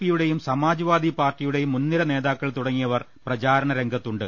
പിയുടെയും Samajwadi Party യുടെയും മുൻനിര നേതാക്കൾ തുടങ്ങിയവർ പ്രചാരണ രംഗത്തു ണ്ട്